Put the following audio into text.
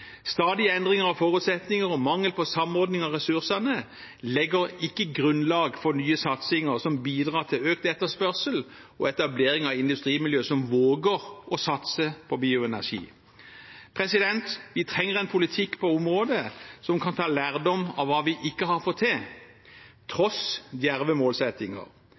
Stadige endringer av forutsetninger og mangel på samordning av ressursene legger ikke grunnlag for nye satsinger som bidrar til økt etterspørsel og etablering av industrimiljø som våger å satse på bioenergi. Vi trenger en politikk på området som kan ta lærdom av hva vi ikke har fått til – tross djerve målsettinger.